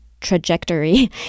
trajectory